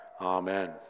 amen